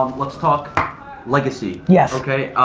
let's talk legacy. yes. okay,